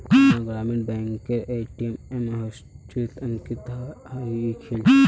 अम्मार ग्रामीण बैंकेर ए.टी.एम हॉटलिस्टत अंकित हइ गेल छेक